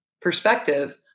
perspective